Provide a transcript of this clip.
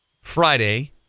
Friday